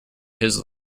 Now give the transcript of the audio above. his